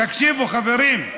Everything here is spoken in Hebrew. תקשיבו, חברים: